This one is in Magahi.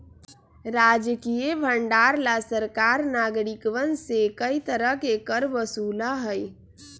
राजकीय भंडार ला सरकार नागरिकवन से कई तरह के कर वसूला हई